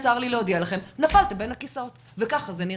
צר לי להודיע לכם: נפלתם בין הכיסאות וככה זה נראה.